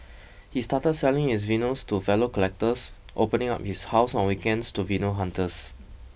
he started selling his vinyls to fellow collectors opening up his house on weekends to vinyl hunters